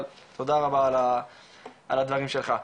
אבל תודה רבה על הדברים שלך.